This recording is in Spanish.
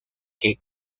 que